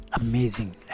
Amazing